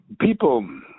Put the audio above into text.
people